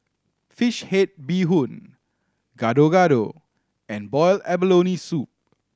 fish head bee hoon Gado Gado and boiled abalone soup